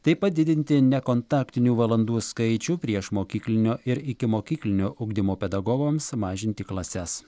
taip pat didinti nekontaktinių valandų skaičių priešmokyklinio ir ikimokyklinio ugdymo pedagogams mažinti klases